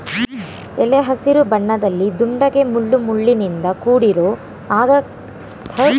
ಎಲೆ ಹಸಿರು ಬಣ್ಣದಲ್ಲಿ ದುಂಡಗೆ ಮುಳ್ಳುಮುಳ್ಳಿನಿಂದ ಕೂಡಿರೊ ಹಾಗಲಕಾಯಿಯನ್ವನು ಮಲೆನಾಡಲ್ಲಿ ಕಾಣ್ಬೋದು